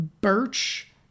birch